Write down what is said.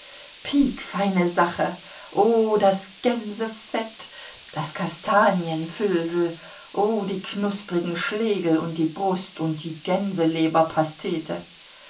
piekfeine sache oh das gänsefett das kastanienfüllsel oh die knusprigen schlegel und die brust und die gänseleberpastete